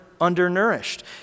undernourished